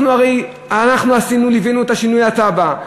הרי ליווינו את שינוי התב"ע,